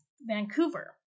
vancouver